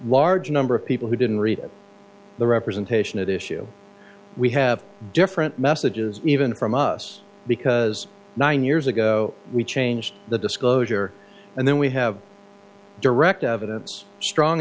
large number of people who didn't read the representation of the issue we have different messages even from us because nine years ago we changed the disclosure and then we have direct evidence strong